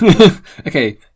Okay